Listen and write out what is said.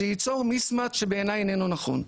זה ייצור משמש שבעיניי איננו נכון.